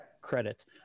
credit